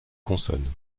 consonnes